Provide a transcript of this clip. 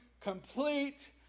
complete